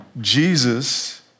Jesus